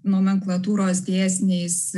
nomenklatūros dėsniais